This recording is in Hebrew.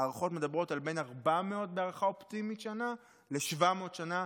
ההערכות מדברות על בין 400 שנים בהערכה אופטימית ל-700 שנה.